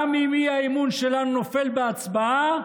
גם אם האי-אמון שלנו נופל בהצבעה,